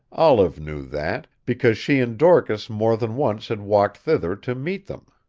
olive knew that, because she and dorcas more than once had walked thither to meet them.